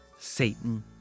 satan